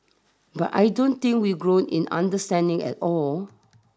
but I don't think we've grown in understanding at all